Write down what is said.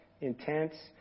intense